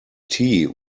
tea